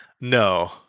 No